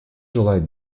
желают